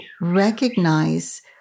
recognize